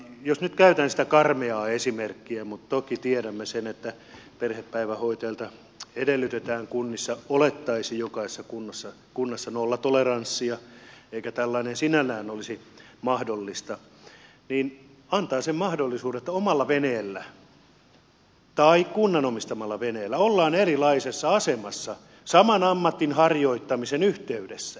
jos nyt käytän sitä karmeaa esimerkkiä vaikka toki tiedämme sen että perhepäivähoitajilta edellytetään kunnissa olettaisin jokaisessa kunnassa nollatoleranssia eikä tällainen sinällään olisi mahdollista niin se antaa sen mahdollisuuden että omalla veneellä tai kunnan omistamalla veneellä ollaan erilaisessa asemassa saman ammatin harjoittamisen yhteydessä